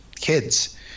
kids